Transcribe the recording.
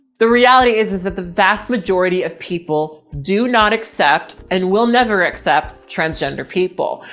the reality is, is that the vast majority of people do not accept and will never accept transgender people.